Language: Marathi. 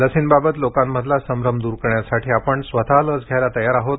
लसींबाबत लोकांमधील संभ्रम दुर करण्यासाठी आपण स्वतः लस घ्यायला तयार आहोत